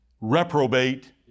reprobate